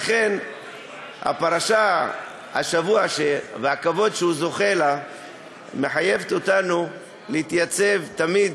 לכן הפרשה השבוע והכבוד שהוא זוכה לו מחייבים אותנו להתייצב תמיד